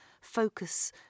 focus